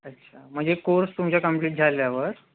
अच्छा म्हणजे कोर्स तुमच्या कम्प्लिट झाल्यावर